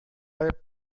lebte